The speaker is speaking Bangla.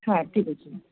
হ্যাঁ ঠিক আছে